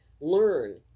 Learn